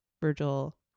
Virgil